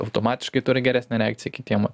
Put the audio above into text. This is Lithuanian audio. automatiškai turi geresnę reakciją kitiem